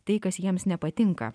tai kas jiems nepatinka